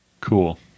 Cool